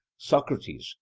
socrates,